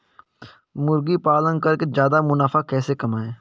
मुर्गी पालन करके ज्यादा मुनाफा कैसे कमाएँ?